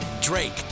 drake